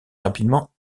rapidement